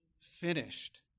finished